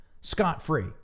scot-free